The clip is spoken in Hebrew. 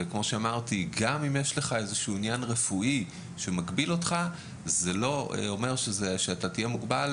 עניין רפואי שמגביל אותך לא אומר שתהיה מוגבל